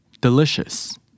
Delicious